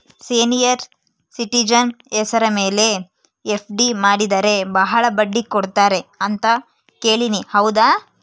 Senior citizen ಹೆಸರ ಮೇಲೆ FD ಮಾಡಿದರೆ ಬಹಳ ಬಡ್ಡಿ ಕೊಡ್ತಾರೆ ಅಂತಾ ಕೇಳಿನಿ ಹೌದಾ?